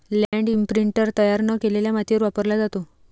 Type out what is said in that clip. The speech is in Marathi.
लँड इंप्रिंटर तयार न केलेल्या मातीवर वापरला जातो